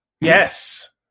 Yes